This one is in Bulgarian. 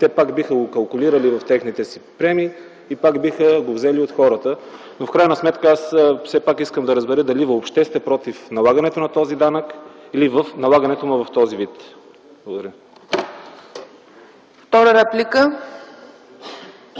те пак биха го калкулирали в техните премии и пак биха го взели от хората. В крайна сметка искам да разбера дали въобще сте против налагането на този данък или сте против налагането му в този вид?